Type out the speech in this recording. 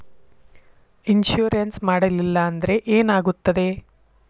Insurance ಮಾಡಲಿಲ್ಲ ಅಂದ್ರೆ ಏನಾಗುತ್ತದೆ?